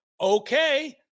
okay